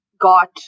got